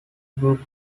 group